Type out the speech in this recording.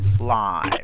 live